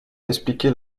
expliquer